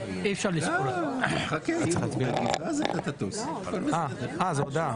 אז זו הייתה הודעה.